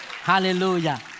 Hallelujah